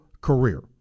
career